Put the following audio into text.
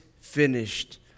finished